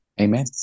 Amen